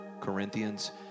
Corinthians